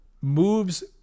moves